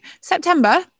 September